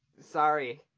Sorry